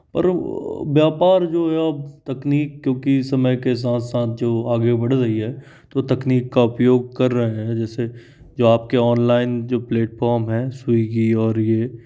पर वो व्यापार जो है अब तकनीक क्योंकि समय के साथ साथ जो आगे बढ़ रही है तो तकनीक का उपयोग कर रहे हैं जैसे जो आप के ऑनलाइन जो प्लैटफ़ोम हैं स्विगी और ये